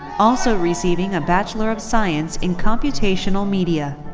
also receiving a bachelor of science in computational media.